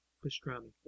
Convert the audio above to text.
pastrami